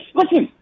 listen